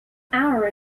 hour